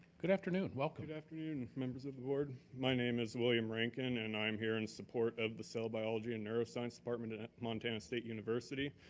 good afternoon, welcome. good afternoon, members of the board. my name is william rankin, and i'm here in support of the cell biology and neuroscience department in montana state university.